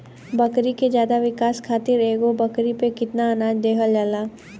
बकरी के ज्यादा विकास खातिर एगो बकरी पे कितना अनाज देहल जाला?